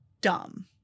dumb